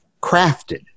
crafted